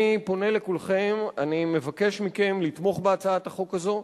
אני פונה לכולכם ואני מבקש מכם לתמוך בהצעת החוק הזאת.